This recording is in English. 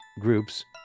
groups